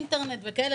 אינטרנט וכאלה.